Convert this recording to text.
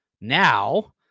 Now